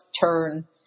turn